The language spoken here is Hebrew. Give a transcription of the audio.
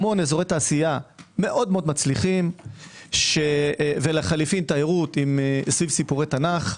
המון אזורי תעשייה מאוד מצליחים ולחלופין תיירות סביב סיפורי תנ"ך.